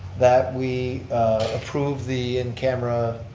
that we approve the in camera,